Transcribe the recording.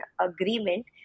agreement